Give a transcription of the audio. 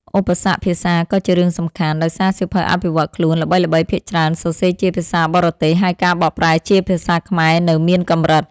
ឧបសគ្គភាសាក៏ជារឿងសំខាន់ ដោយសារសៀវភៅអភិវឌ្ឍខ្លួនល្បីៗភាគច្រើនសរសេរជាភាសាបរទេស ហើយការបកប្រែជាភាសាខ្មែរនៅមានកម្រិត។